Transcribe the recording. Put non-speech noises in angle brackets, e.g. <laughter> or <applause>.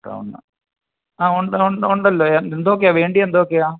<unintelligible> ആ ഉണ്ട് ഉണ്ട് ഉണ്ടല്ലോ എന്തൊക്കെയാണ് വേണ്ടിയെ എന്തോക്ക്യാ